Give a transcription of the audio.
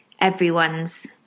everyone's